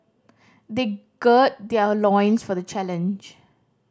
they gird their loins for the challenge